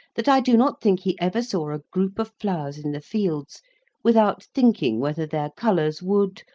that i do not think he ever saw a group of flowers in the fields without thinking whether their colours would,